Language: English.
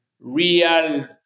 real